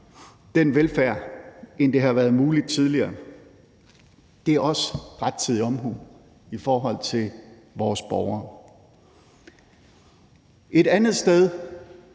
den velfærd, end det har været muligt tidligere. Det er også rettidig omhu i forhold til vores borgere. Et andet sted,